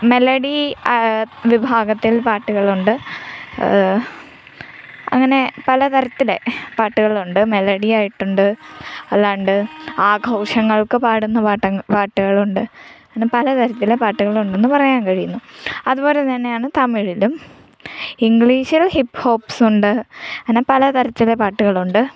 melody വിഭാഗത്തിൽ പാട്ടുകളുണ്ട് അങ്ങനെ പലതരത്തിലെ പാട്ടുകളുണ്ട് മെലഡി ആയിട്ടുണ്ട് അല്ലാതെ ആഘോഷങ്ങൾക്ക് പാടുന്ന പാട്ട് പാട്ടുകളുണ്ട് അങ്ങനെ പലതരത്തിലെ പാട്ടുകൾ ഉണ്ടെന്ന് പറയാൻ കഴിയുന്നു അതുപോലെ തന്നെയാണ് തമിഴിലും ഇംഗ്ലീഷിൽ ഹിപ് ഹോപ്സുണ്ട് അങ്ങനെ പലതരത്തിലെ പാട്ടുകളുണ്ട്